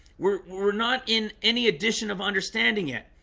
we're we're not in any addition of understanding yet.